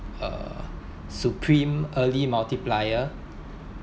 uh supreme early multiplier